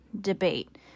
debate